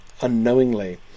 unknowingly